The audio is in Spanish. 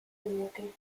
buque